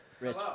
Rich